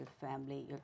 family